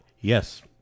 yes